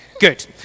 Good